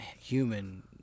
human